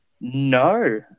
No